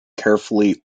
carefully